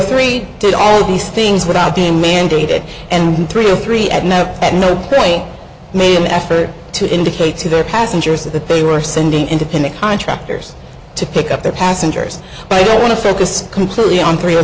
three did all these things without being mandated and three or three at no at no point made an effort to indicate to their passengers that they were sending independent contractors to pick up their passengers want to focus completely on three